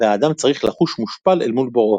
והאדם צריך לחוש מושפל אל מול בוראו.